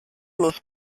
los